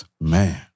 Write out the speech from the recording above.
Man